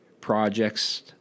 projects